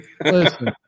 Listen